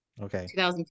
Okay